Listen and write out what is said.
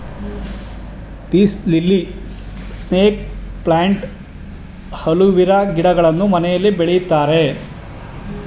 piece lily, snake plant, aloe vera ಗಿಡಗಳನ್ನು ಮನೆಯಲ್ಲಿ ಬೆಳಿತಾರೆ